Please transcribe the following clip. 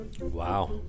Wow